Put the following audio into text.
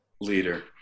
Leader